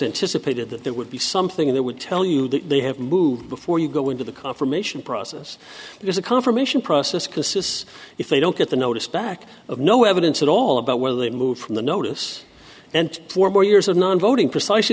anticipated that there would be something that would tell you that they have moved before you go into the confirmation process there's a confirmation process because if they don't get the notice back of no evidence all about where they moved from the notice and four more years of non voting precisely